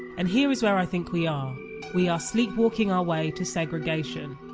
and here is where i think we are we are sleepwalking our way to segregation.